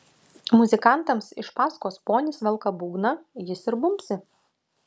muzikantams iš paskos ponis velka būgną jis ir bumbsi